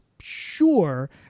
sure